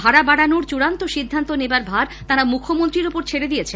ভাড়া বাড়ানোর চূড়ান্ত সিদ্ধান্ত নেবার ভার তাঁরা মুখ্যমন্ত্রীর ওপর ছেড়ে দিয়েছেন